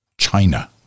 China